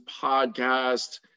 Podcast